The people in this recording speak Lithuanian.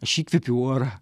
aš įkvepiu orą